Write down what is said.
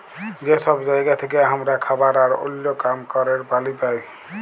যে সব জায়গা থেক্যে হামরা খাবার আর ওল্য কাম ক্যরের পালি পাই